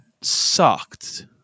sucked